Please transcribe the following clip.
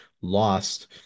lost